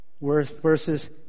verses